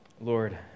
Lord